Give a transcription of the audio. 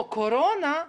הקורונה,